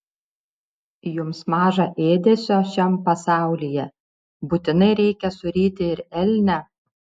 jums maža ėdesio šiam pasaulyje būtinai reikia suryti ir elnią